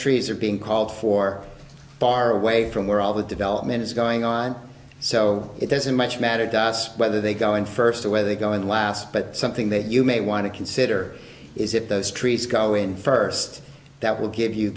trees are being called for far away from where all the development is going on so it doesn't much matter to us whether they go in first or whether they go in last but something that you may want to consider is if those trees go in first that will give you